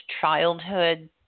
childhood